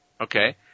Okay